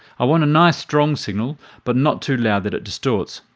i want a nice strong signal but not too loud that it distorts.